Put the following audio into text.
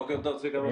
בוקר טוב, צביקה.